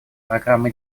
программы